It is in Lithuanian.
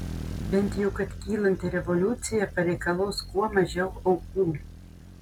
bent jau kad kylanti revoliucija pareikalaus kuo mažiau aukų